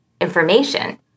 information